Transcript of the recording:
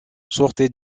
sortait